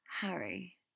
Harry